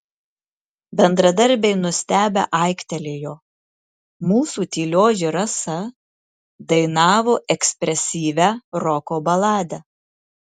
bendradarbiai nustebę aiktelėjo mūsų tylioji rasa dainavo ekspresyvią roko baladę